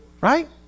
right